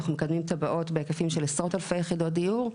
אנחנו מקדמים טבעות בהיקפים של עשרות אלפי יחידות דיור,